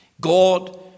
God